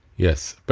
yes. but